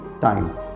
time